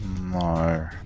No